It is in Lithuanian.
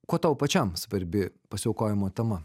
kuo tau pačiam svarbi pasiaukojimo tema